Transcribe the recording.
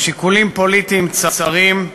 בשיקולים פוליטיים צרים,